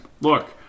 Look